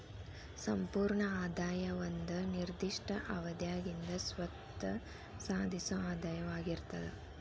ಸಂಪೂರ್ಣ ಆದಾಯ ಒಂದ ನಿರ್ದಿಷ್ಟ ಅವಧ್ಯಾಗಿಂದ್ ಸ್ವತ್ತ ಸಾಧಿಸೊ ಆದಾಯವಾಗಿರ್ತದ